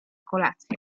kolację